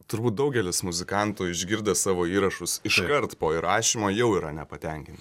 turbūt daugelis muzikantų išgirdę savo įrašus iškart po įrašymo jau yra nepatenkin